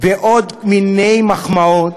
ועוד מיני מחמאות,